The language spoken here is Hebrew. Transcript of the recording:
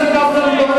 בושה.